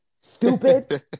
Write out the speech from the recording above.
Stupid